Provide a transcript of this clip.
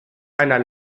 einer